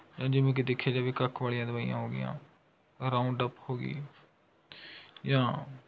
ਹੁਣ ਜਿਵੇਂ ਕਿ ਦੇਖਿਆ ਜਾਵੇ ਕੱਖ ਵਾਲੀਆਂ ਦਵਾਈਆਂ ਹੋ ਗਈਆਂ ਰਾਊਂਡਅੱਪ ਹੋ ਗਈ ਜਾਂ